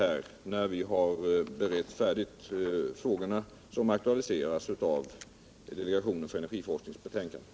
Är statsrådet beredd att medverka till att ett energiforskningsinstitut inrättas och att detta förläggs till Västerås?